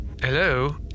Hello